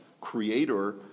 creator